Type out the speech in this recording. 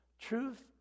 truth